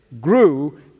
grew